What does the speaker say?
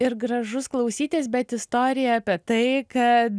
ir gražus klausytis bet istorija apie tai kad